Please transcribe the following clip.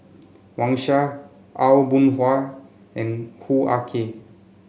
Wang Sha Aw Boon Haw and Hoo Ah Kay